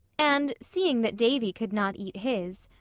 and, seeing that davy could not eat his,